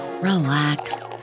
relax